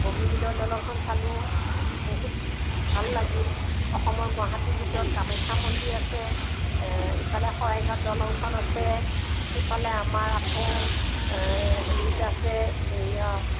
বগীবিলৰ দলংখন চালোঁ বহুত ভাল লাগিল অসমৰ গুৱাহাটীৰ ভিতৰত কামাখ্যা মন্দিৰ আছে ইফালে শৰাইঘাট দলংখন আছে সিফালে আমাৰ আকৌ হেৰিত আছে এইয়া